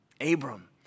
Abram